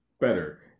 Better